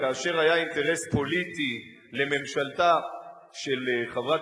כאשר היה אינטרס פוליטי לממשלתה של חברת